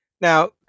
Now